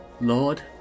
Lord